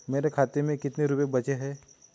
मेरे खाते में कितने रुपये बचे हैं?